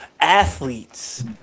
athletes